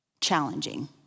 challenging